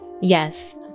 Yes